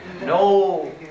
No